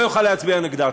לא יוכל להצביע נגדה.